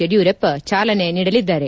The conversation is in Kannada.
ಯಡಿಯೂರಪ್ಪ ಚಾಲನೆ ನೀಡಲಿದ್ದಾರೆ